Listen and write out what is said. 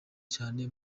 cyane